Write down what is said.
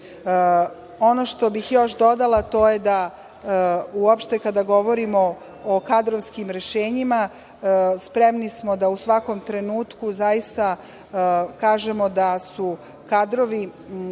što bih još dodala to je, uopšte kada govorimo o kadrovskim rešenjima, spremni smo da u svakom trenutku kažemo da su kadrovi